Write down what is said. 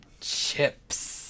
chips